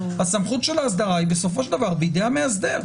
סמכות האסדרה היא בידי המאסדר.